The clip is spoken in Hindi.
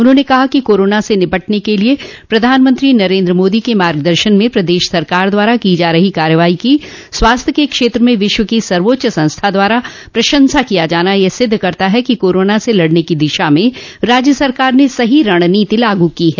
उन्होंने कहा कि कोरोना से निपटने के लिये प्रधानमंत्री नरेन्द्र मोदी के मार्ग दर्शन में प्रदेश सरकार द्वारा की जा रही कार्रवाई की स्वास्थ्य के क्षेत्र में विश्व में सर्वोच्च संस्था द्वारा प्रशसा किया जाना यह सिद्ध करता है कि कोरोना से लड़ने की दिशा में राज्य सरकार ने सही रणनीति लागू की है